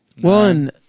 One